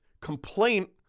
complaint